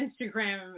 Instagram